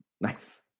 Nice